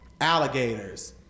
alligators